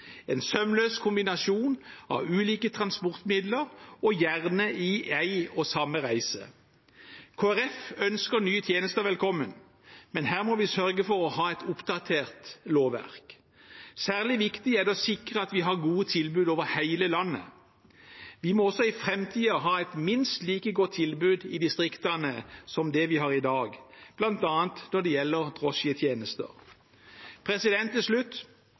en sømløs kombinasjon av ulike transportmidler og gjerne i en og samme reise. Kristelig Folkeparti ønsker nye tjenester velkommen, men her må vi sørge for å ha et oppdatert lovverk. Særlig viktig er det å sikre at vi har gode tilbud over hele landet. Vi må også i framtiden ha et minst like godt tilbud i distriktene som det vi har i dag, bl.a. når det gjelder drosjetjenester. Til slutt: